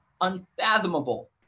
unfathomable